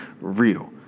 real